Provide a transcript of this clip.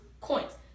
coins